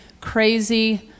crazy